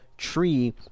tree